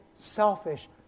selfish